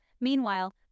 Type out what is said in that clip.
Meanwhile